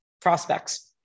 Prospects